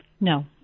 No